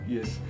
Yes